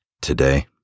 today